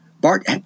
Bart